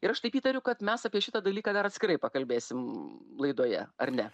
ir aš taip įtariu kad mes apie šitą dalyką dar atskirai pakalbėsim laidoje ar ne